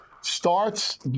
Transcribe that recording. starts